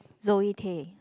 Zoe-Tay